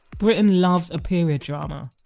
britain loves a period drama,